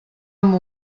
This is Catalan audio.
amb